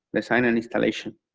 design, and installation.